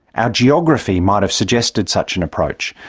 our geography might have suggested such an approach.